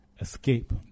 Escape